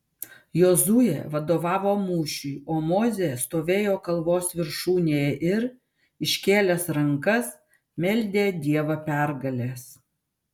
jozuė vadovavo mūšiui o mozė stovėjo kalvos viršūnėje ir iškėlęs rankas meldė dievą pergalės